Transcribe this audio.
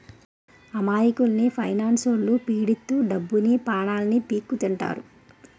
అమాయకుల్ని ఫైనాన్స్లొల్లు పీడిత్తు డబ్బుని, పానాన్ని పీక్కుతింటారు